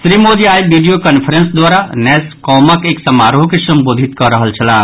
श्री मोदी आइ video conference द्वारा नैसकॉमक एक समारोह के संबोधित कऽ रहल छलाह